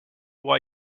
why